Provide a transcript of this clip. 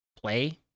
play